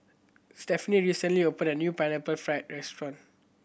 Stephaine recently opened a new Pineapple Fried restaurant